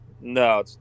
No